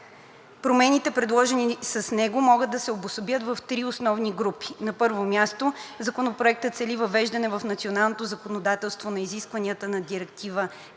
Промените, предложени с него, могат да се обособят в три основни групи. На първо място, Законопроектът цели въвеждане в националното законодателство на изискванията на Директива (ЕС)